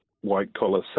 white-collar